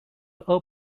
all